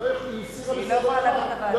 היא הסירה מסדר-היום.